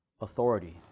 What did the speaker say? authority